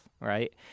right